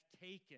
taken